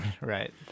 Right